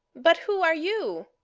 but who are you?